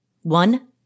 One